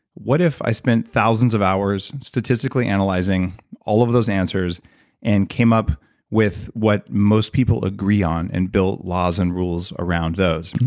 what if i spend thousands of hours statistically analyzing all of those answers and came up with what most people agree on and build laws and rules around those?